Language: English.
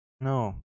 no